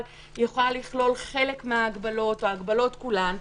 יכולה לכלול חלק מההגבלות או את ההגבלות כולן.